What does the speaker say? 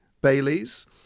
Bailey's